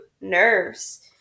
nerves